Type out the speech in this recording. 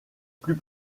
plus